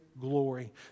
glory